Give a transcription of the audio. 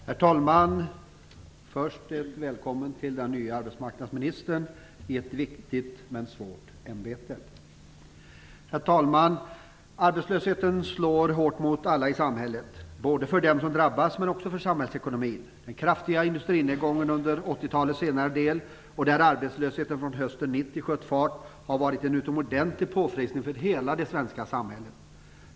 Herr talman! Först vill jag välkomna den nye arbetsmarknadsministern i ett viktigt men svårt ämbete. Herr talman! Arbetslösheten slår hårt mot alla i samhället, både för dem som drabbas och också för samhällsekonomin. Den kraftiga industrinedgången under 1980-talets senare del, där arbetslösheten från hösten 1990 sköt fart, har varit en utomordentlig påfrestning för hela det svenska samhället.